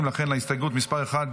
הסתייגות מס' 1